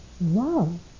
love